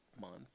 month